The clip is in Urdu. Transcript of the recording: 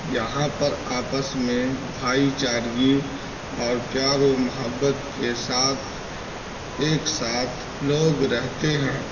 یہاں پر آپس میں بھائی چارگی اور پیار و محبت کے ساتھ ایک ساتھ لوگ رہتے ہیں